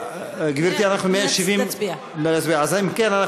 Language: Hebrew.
קבוצת סיעת המחנה הציוני וחברת הכנסת